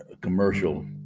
commercial